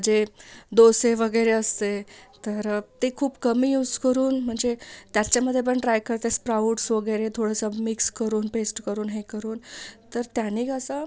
जे दोसे वगैरे असते तर ते खूप कमी यूज करून म्हणजे त्याच्यामध्ये पण ट्राय करते स्प्राउट्स वगैरे थोडंसं मिक्स करून पेस्ट करून हे करून तर त्याने कसं